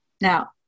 Now